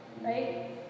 right